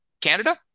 Canada